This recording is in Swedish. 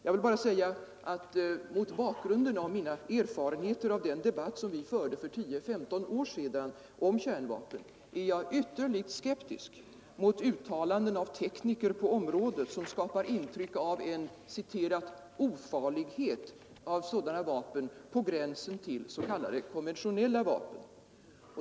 Jag vill bara säga att mot bakgrunden av mina erfarenheter av den debatt som vi förde för 10—15 år sedan om kärnvapen är jag ytterligt skeptisk mot uttalanden av tekniker på området som skapar intryck av en ”ofarlighet” av sådana vapen på gränsen till s.k. konventionella vapen.